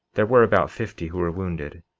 there were about fifty who were wounded,